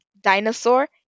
dinosaur